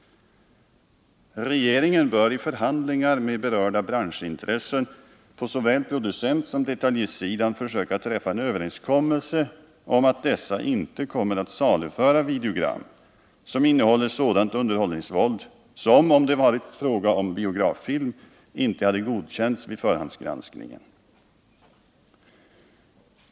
Regeringen bör i förhandlingar med såväl producenter som detaljister försöka träffa en överenskommelse om att dessa inte kommer att saluföra videogram som innehåller sådant underhållningsvåld som, om det varit fråga om biograffilm, inte hade godkänts vid förhandsgranskningen.